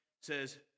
says